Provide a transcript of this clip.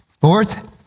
Fourth